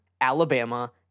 Alabama